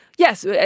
Yes